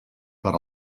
per